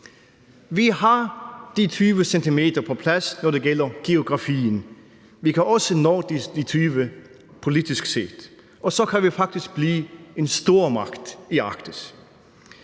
Vi har de 20 cm på plads, når det gælder geografien. Vi kan også nå de 20 politisk set. Og så kan vi faktisk blive en stormagt i Arktis.